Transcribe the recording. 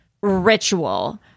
ritual